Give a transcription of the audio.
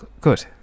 Good